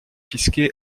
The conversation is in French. confisqués